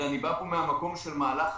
אלא אני בא פה מהמקום של מהלך חשוב.